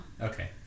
Okay